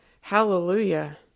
Hallelujah